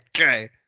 Okay